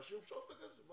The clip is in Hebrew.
הוא ימשוך את הכסף.